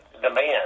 demand